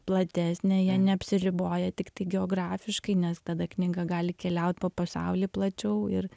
platesnė jie neapsiriboja tiktai geografiškai nes tada knyga gali keliaut po pasaulį plačiau ir